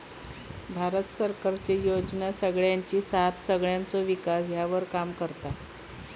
भारत सरकारचे योजना सगळ्यांची साथ सगळ्यांचो विकास ह्यावर काम करता